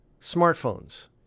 smartphones